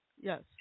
Yes